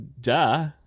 duh